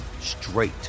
straight